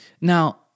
Now